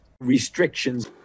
restrictions